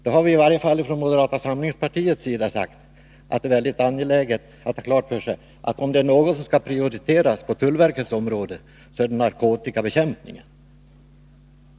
Vi har i varje fall från moderata samlingspartiets sida sagt att det är mycket angeläget att få klart för sig att om något skall prioriteras på tullverkets område, är det narkotikabekämpningen.